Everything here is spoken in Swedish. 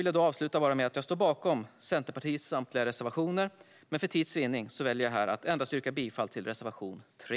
Jag står bakom samtliga Centerpartiets reservationer, men för tids vinnande yrkar jag bifall endast till reservation 3.